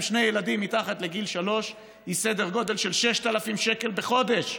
שני ילדים מתחת לגיל שלוש היא בסדר גודל של 6,000 שקל בחודש.